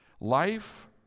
Life